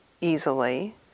easily